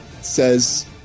says